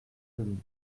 denis